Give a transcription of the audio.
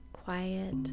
quiet